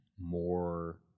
more